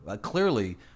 Clearly